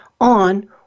on